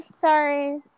sorry